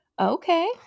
Okay